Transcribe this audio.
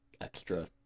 extra